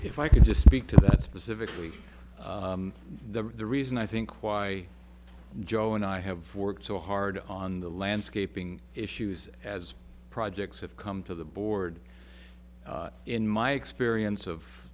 if i can just speak to that specifically the reason i think why joe and i have worked so hard on the landscaping issues as projects have come to the board in my experience of